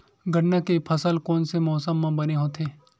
गन्ना के फसल कोन से मौसम म बने होथे?